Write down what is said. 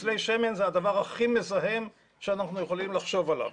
פצלי שמן זה הדבר הכי מזהם שאנחנו יכולים לחשוב עליו.